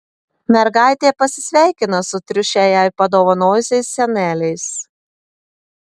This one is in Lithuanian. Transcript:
mergaitė pasisveikina su triušę jai padovanojusiais seneliais